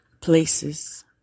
places